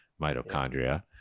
mitochondria